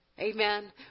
Amen